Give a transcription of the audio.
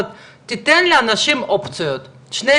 מה שחשוב להבהיר, שחלף